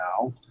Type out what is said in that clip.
now